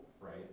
right